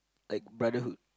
like brotherhood